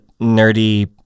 nerdy